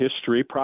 history